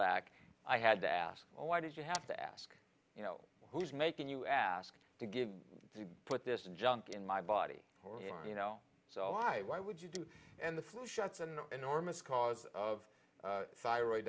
back i had to ask why did you have to ask you know who's making you ask to give you put this junk in my body or you know so i why would you do and the flu shots an enormous cause of thyroid